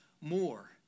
more